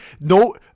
no